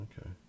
Okay